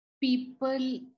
people